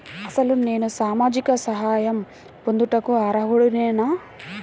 అసలు నేను సామాజిక సహాయం పొందుటకు అర్హుడనేన?